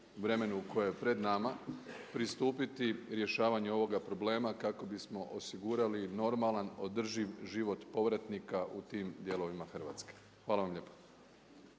vremenu koje je pred nama pristupiti rješavanju ovoga problema kako bismo osigurali normalan održiv život povratnika u tim dijelovima Hrvatske. Hvala vam lijepa.